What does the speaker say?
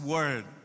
Word